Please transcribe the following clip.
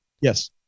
Yes